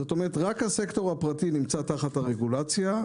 כלומר, רק הסקטור הפרטי נמצא תחת הרגולציה.